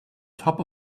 top